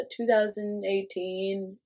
2018